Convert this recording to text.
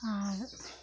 ᱟᱨ